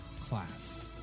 class